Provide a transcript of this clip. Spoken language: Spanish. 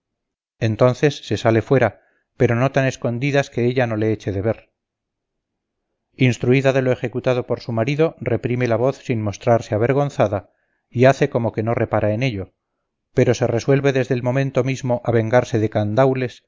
entonces se sale fuera pero no tan a escondidas que ella no le eche de ver instruida de lo ejecutado por su marido reprime la voz sin mostrarse avergonzada y hace como que no repara en ello pero se resuelve desde el momento mismo a vengarse de candaules